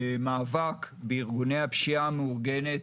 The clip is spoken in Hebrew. מאבק בארגוני הפשיעה המאורגנת,